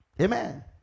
Amen